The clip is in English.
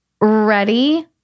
ready